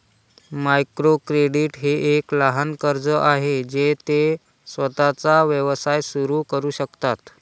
micro credit हे एक लहान कर्ज आहे जे ते स्वतःचा व्यवसाय सुरू करू शकतात